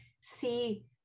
see